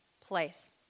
place